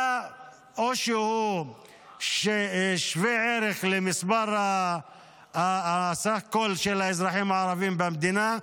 היה או שווה ערך לסך כל האזרחים הערבים במדינה,